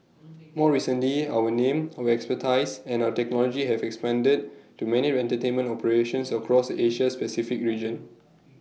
more recently our name our expertise and our technology have expanded to many entertainment operations across Asia Pacific region